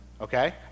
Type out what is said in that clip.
Okay